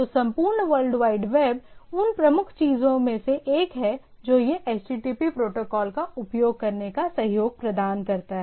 तो संपूर्ण world wide web उन प्रमुख चीजों में से एक है जो यह HTTP प्रोटोकॉल को उपयोग करने का सहयोग प्रदान करता है